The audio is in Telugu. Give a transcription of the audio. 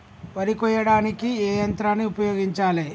వరి కొయ్యడానికి ఏ యంత్రాన్ని ఉపయోగించాలే?